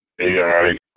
AI